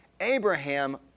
Abraham